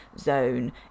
zone